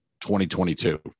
2022